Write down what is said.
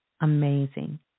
Amazing